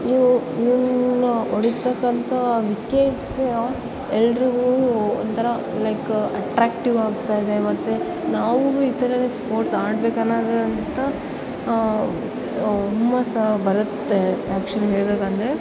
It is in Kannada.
ಇವು ಇವನ್ನ ಹೊಡಿತಕ್ಕಂತ ವಿಕೆಟ್ಸ್ ಎಲ್ಲರಿಗೂ ಒಂಥರ ಲೈಕ್ ಅಟ್ರಾಕ್ಟಿವ್ ಆಗ್ತದೆ ಮತ್ತು ನಾವು ಈ ಥರ ಸ್ಪೋರ್ಟ್ಸ್ ಆಡ್ಬೇಕನೋದಂಥ ಹುಮ್ಮಸು ಬರುತ್ತೆ ಆ್ಯಕ್ಚುಲಿ ಹೇಳಬೇಕಂದ್ರೆ